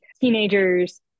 teenagers